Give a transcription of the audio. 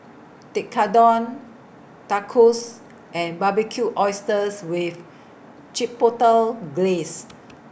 Tekkadon Tacos and Barbecued Oysters with Chipotle Glaze